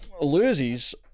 loses